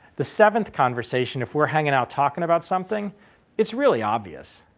the seventh conversation if we're hanging out talking about something it's really obvious.